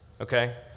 Okay